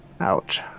Ouch